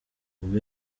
ubwo